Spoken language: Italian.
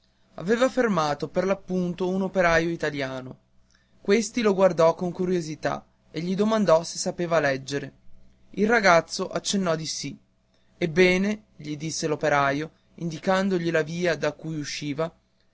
aveva fermato per l'appunto un operaio italiano questi lo guardò con curiosità e gli domandò se sapeva leggere il ragazzo accennò di sì ebbene gli disse l'operaio indicandogli la via da cui egli usciva